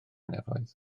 nefoedd